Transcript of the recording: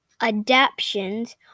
adaptions